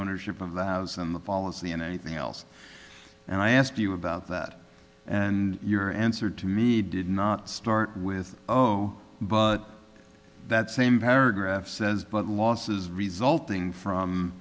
ownership of the house and the policy and anything else and i ask you about that and your answer to me did not start with zero but that same paragraph says but losses resulting from